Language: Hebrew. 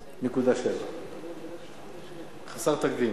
5.7. חסר תקדים.